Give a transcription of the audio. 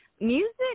Music